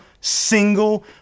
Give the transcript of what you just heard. single